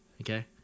Okay